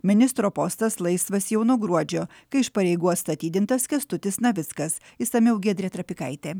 ministro postas laisvas jau nuo gruodžio kai iš pareigų atstatydintas kęstutis navickas išsamiau giedrė trapikaitė